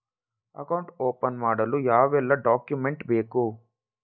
Account open ಮಾಡಲು ಯಾವೆಲ್ಲ document ಬೇಕು?